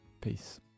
Peace